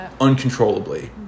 uncontrollably